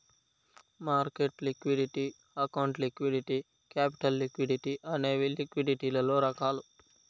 market liquidity account liquidity capital liquidity అనేవి లిక్విడిటీలలో రకాలు